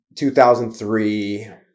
2003